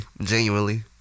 Genuinely